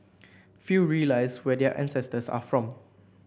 few realise where their ancestors are from